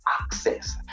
access